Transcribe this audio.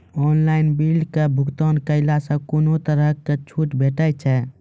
Online बिलक भुगतान केलासॅ कुनू तरहक छूट भेटै छै?